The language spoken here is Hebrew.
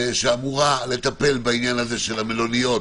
שאמורה לטפל בעניין המלוניות,